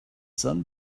sun